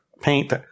paint